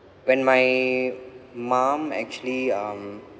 when my mum actually um